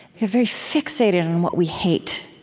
we're very fixated on what we hate,